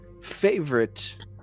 favorite